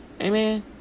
Amen